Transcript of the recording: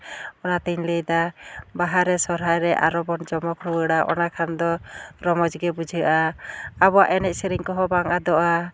ᱚᱱᱟᱛᱤᱧ ᱞᱟᱹᱭᱫᱟ ᱵᱟᱦᱟ ᱨᱮ ᱥᱚᱨᱦᱟᱭ ᱨᱮ ᱟᱨᱚ ᱵᱚᱱ ᱡᱚᱢᱚᱠ ᱨᱩᱣᱟᱹᱲᱟ ᱚᱱᱟ ᱠᱷᱟᱱ ᱫᱚ ᱨᱚᱢᱚᱡᱽ ᱜᱮ ᱵᱩᱡᱷᱟᱹᱜᱼᱟ ᱟᱵᱚᱣᱟᱜ ᱮᱱᱮᱡ ᱥᱮᱨᱮᱧ ᱠᱚᱦᱚᱸ ᱵᱟᱝ ᱟᱫᱚᱜᱼᱟ